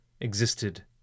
existed